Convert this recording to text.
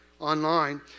online